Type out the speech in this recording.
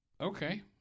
Okay